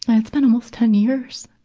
it's been almost ten years,